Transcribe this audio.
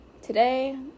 today